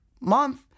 month